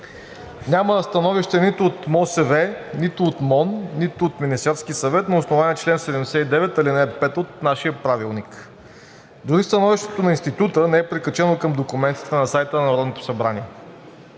Няма становище нито от МОСВ, нито от МОН, нито от Министерския съвет на основание чл. 79, ал. 5 от нашия Правилник. Дори становището на Института не е прикачено към документите на сайта на Народното събрание.